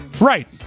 Right